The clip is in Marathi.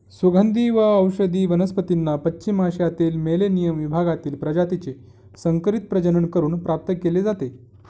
सुगंधी व औषधी वनस्पतींना पश्चिम आशियातील मेलेनियम विभागातील प्रजातीचे संकरित प्रजनन करून प्राप्त केले जाते